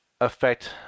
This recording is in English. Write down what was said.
affect